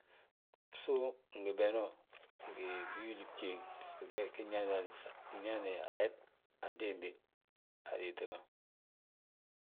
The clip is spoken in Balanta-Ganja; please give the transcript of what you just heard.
Bsu ngi bene ngi wilin bjéeŋ bisg ge- ge nñaani ndaa ayet antiimbi a liiti ma.